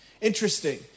Interesting